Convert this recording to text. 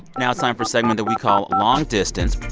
now it's time for a segment that we call long distance.